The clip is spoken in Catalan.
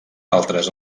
altres